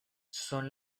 son